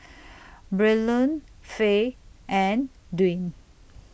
Braylon Fay and Dwain